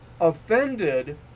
offended